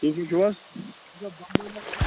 ٹھیٖک پٲٹھۍ چھُو حظ